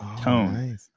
tone